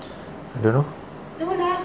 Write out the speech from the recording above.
I don't know